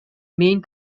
main